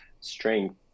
strength